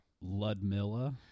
Ludmilla